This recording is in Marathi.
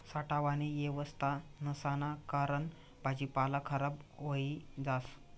साठावानी येवस्था नसाना कारण भाजीपाला खराब व्हयी जास